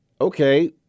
okay